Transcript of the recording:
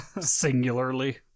Singularly